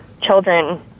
children